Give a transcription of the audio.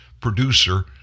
producer